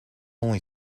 only